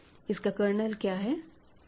इसका कर्नल क्या है